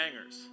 bangers